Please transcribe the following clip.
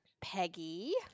Peggy